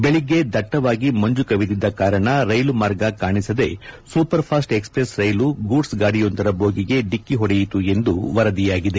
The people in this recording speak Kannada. ಬೆಳಿಗ್ಗೆ ದಟ್ಟವಾಗಿ ಮಂಜು ಕವಿದಿದ್ದ ಕಾರಣ ರೈಲು ಮಾರ್ಗ ಕಾಣಿಸದೆ ಸೂಪರ್ ಫಾಸ್ಟ್ ಎಕ್ಸ್ಪ್ರೆಸ್ ರೈಲು ಗೂಡ್ಲ್ ಗಾಡಿಯೊಂದರ ಬೋಗಿಗೆ ಡಿಕ್ಕಿ ಹೊಡೆಯಿತು ಎಂದು ವರದಿಯಾಗಿದೆ